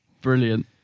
Brilliant